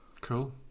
Cool